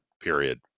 period